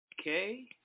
Okay